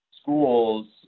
schools